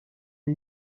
les